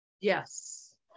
Yes